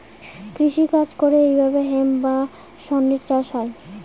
কৃষি কাজ করে এইভাবে হেম্প বা শনের চাষ হয়